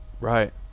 right